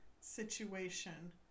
situation